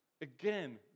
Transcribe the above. Again